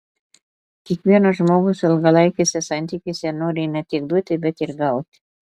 kiekvienas žmogus ilgalaikiuose santykiuose nori ne tik duoti bet ir gauti